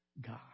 God